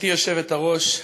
חברתי היושבת-ראש,